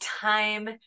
time